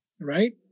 right